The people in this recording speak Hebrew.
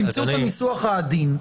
תמצאו את הניסוח העדין.